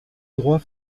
droit